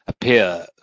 appear